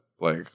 Like-